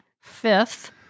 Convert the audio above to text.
Fifth